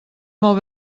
molt